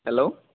hello